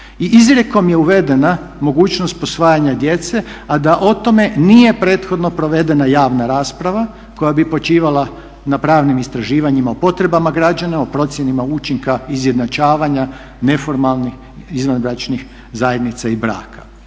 izrijekom je uvedena mogućnost posvajanja djece, a da o tome nije prethodno provedena javna rasprava koja bi počivala na pravnim istraživanjima o potrebama građana o procjenama učinka izjednačavanja neformalnih izvanbračnih zajednica i braka.